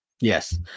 Yes